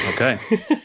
okay